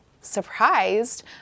surprised